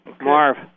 Marv